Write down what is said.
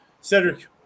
Cedric